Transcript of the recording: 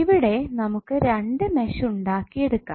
ഇവിടെ നമുക്ക് രണ്ടു മെഷ് ഉണ്ടാക്കിയെടുക്കാം